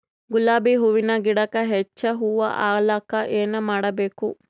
ಗುಲಾಬಿ ಹೂವಿನ ಗಿಡಕ್ಕ ಹೆಚ್ಚ ಹೂವಾ ಆಲಕ ಏನ ಮಾಡಬೇಕು?